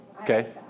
Okay